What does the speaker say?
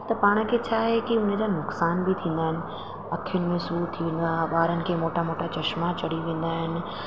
त पाण खे छा आहे कि उन जी नुक़सान बि थींदा आहिनि अखियुनि में सूर थींदो आहे ॿारनि खे मोटा मोटा चश्मा चढ़ी वेंदा आहिनि